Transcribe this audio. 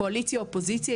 קואליציה אופוזיציה,